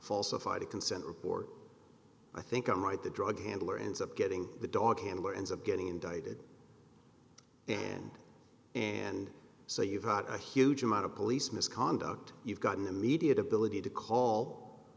falsified a consent report i think i'm right the drug handler ends up getting the dog handler ends up getting indicted and and so you've got a huge amount of police misconduct you've got an immediate ability to call